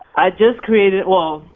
i just created, well,